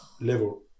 level